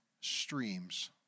streams